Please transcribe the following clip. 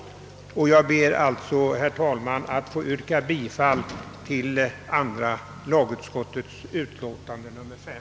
Jag ber alltså, herr talman, att få yrka bifall till andra lagutskottets utlåtande nr 5.